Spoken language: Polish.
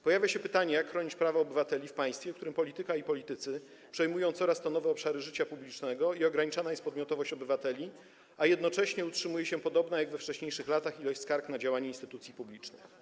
Pojawia się pytanie, jak chronić prawa obywateli w państwie, w którym polityka i politycy przejmują coraz to nowe obszary życia publicznego i ograniczana jest podmiotowość obywateli, a jednocześnie utrzymuje się podobna jak we wcześniejszych latach liczba skarg na działanie instytucji publicznych.